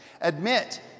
admit